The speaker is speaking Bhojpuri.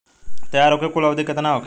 तैयार होखे के कुल अवधि केतना होखे?